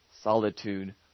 solitude